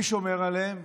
מי שומר עליהן?